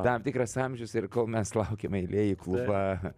tam tikras amžius ir kol mes laukiame eilėj į klubą